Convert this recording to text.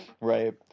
Right